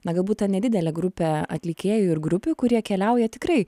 na galbūt ta nedidelė grupė atlikėjų ir grupių kurie keliauja tikrai